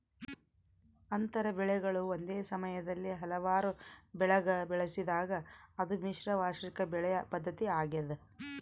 ಅಂತರ ಬೆಳೆಗಳು ಒಂದೇ ಸಮಯದಲ್ಲಿ ಹಲವಾರು ಬೆಳೆಗ ಬೆಳೆಸಿದಾಗ ಅದು ಮಿಶ್ರ ವಾರ್ಷಿಕ ಬೆಳೆ ಪದ್ಧತಿ ಆಗ್ಯದ